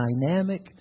dynamic